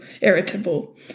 irritable